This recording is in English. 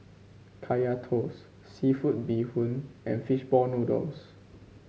Kaya Toast seafood Bee Hoon and fish ball noodles